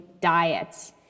diet